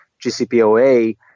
GCPOA